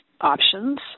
options